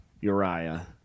Uriah